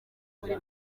muri